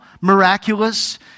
miraculous